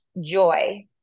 joy